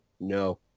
no